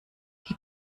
die